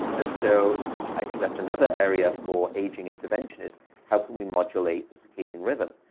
and so i think that's another area for aging intervention, is how can we modulate the circadian rhythm.